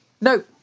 No